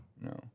No